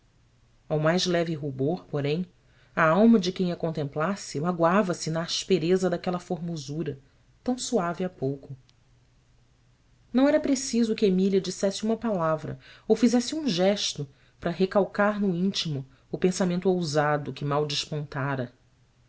ao mais leve rubor porém a alma de quem a contemplasse magoava se na aspereza daquela formosura tão suave há pouco não era preciso que emília dissesse uma palavra ou fizesse um gesto para recalcar no íntimo o pensamento ousado que mal despontara